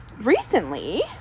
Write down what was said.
recently